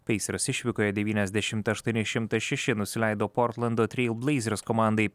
peisers išvykoje devyniasdešimt aštuoni šimtas šeši nusileido portlando treil bleizers komandai